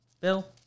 Bill